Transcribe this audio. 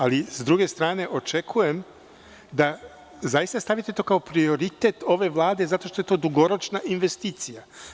Ali, s druge strane očekujem da zaista to stavite kao prioritet ove Vlade zato što je to dugoročna investicija.